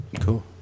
Cool